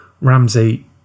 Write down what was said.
Ramsey